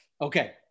Okay